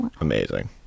amazing